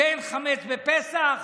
שאין חמץ בפסח?